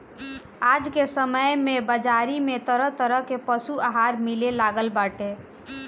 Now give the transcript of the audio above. आज के समय में बाजारी में तरह तरह के पशु आहार मिले लागल बाटे